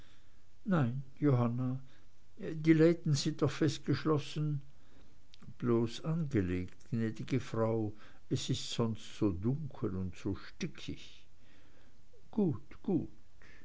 nein johanna die läden sind doch fest geschlossen bloß angelegt gnäd'ge frau es ist sonst so dunkel und so stickig gut gut